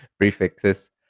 prefixes